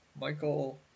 Michael